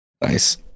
Nice